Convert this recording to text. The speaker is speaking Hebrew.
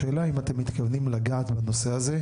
השאלה אם אתם מתכוונים לגעת בנושא הזה?